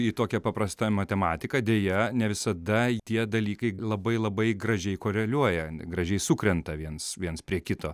ji tokia paprasta matematika deja ne visadai tie dalykai labai labai gražiai koreliuoja gražiai sukrenta viens viens prie kito